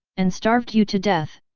and starved you to death!